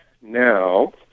now